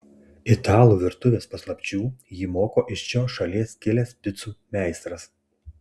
italų virtuvės paslapčių jį moko iš šios šalies kilęs picų meistras